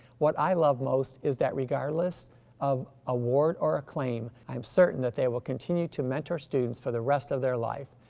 what i love most is that regardless of award or acclaim, i'm certain that they will continue to mentor students for the rest of their life.